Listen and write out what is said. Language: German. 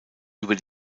über